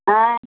अँइ